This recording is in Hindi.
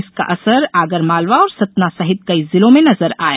इसका असर आगरमालवा और सतना सहित कई जिलों में नजर आया